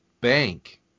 bank